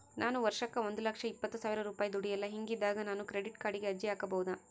ನಾನು ವರ್ಷಕ್ಕ ಒಂದು ಲಕ್ಷ ಇಪ್ಪತ್ತು ಸಾವಿರ ರೂಪಾಯಿ ದುಡಿಯಲ್ಲ ಹಿಂಗಿದ್ದಾಗ ನಾನು ಕ್ರೆಡಿಟ್ ಕಾರ್ಡಿಗೆ ಅರ್ಜಿ ಹಾಕಬಹುದಾ?